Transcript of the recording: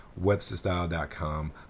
websterstyle.com